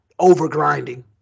overgrinding